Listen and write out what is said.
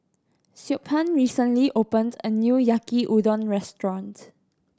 Siobhan recently opened a new Yaki Udon Restaurant